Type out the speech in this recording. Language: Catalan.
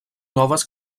noves